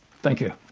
thank you.